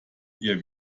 ihr